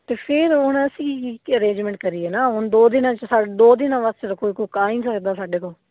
ਅਤੇ ਫਿਰ ਹੁਣ ਅਸੀਂ ਕੀ ਅਰੇਂਜਮੈਂਟ ਕਰੀਏ ਨਾ ਹੁਣ ਦੋ ਦਿਨਾਂ 'ਚ ਸਾ ਦੋ ਦਿਨਾਂ ਵਾਸਤੇ ਤਾਂ ਕੋਈ ਕੁੱਕ ਆ ਹੀ ਨਹੀਂ ਸਕਦਾ ਸਾਡੇ ਕੋਲ